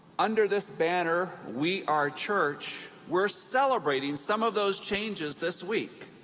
under this banner, we are church, we're celebrating some of those changes this week.